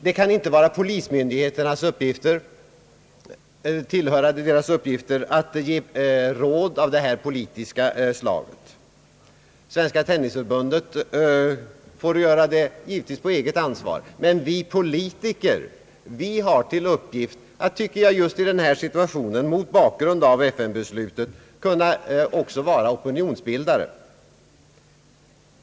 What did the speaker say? Det kan inte tillhöra polismyndigheternas uppgifter att ge råd av detta politiska slag. Svenska tennisförbundet får givetvis arrangera sådana här matcher på eget ansvar. Men vi politiker har till uppgift att just i en sådan här situation mot bakgrund av FN-beslutet också vara opinionsbildare.